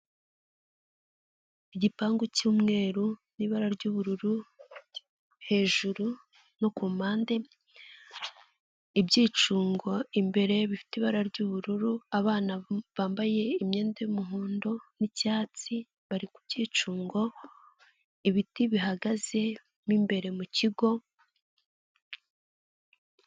Igipangu cy'umweru n'ibara ry'ubururu hejuru no ku mpande, ibyicungo imbere bifite ibara ry'ubururu, abana bambaye imyenda y'umuhondo n'icyatsi bari ku byicungo, ibiti bihagaze mo imbere mu kigo.